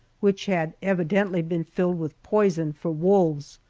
which had evidently been filled with poison for wolves,